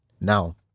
Now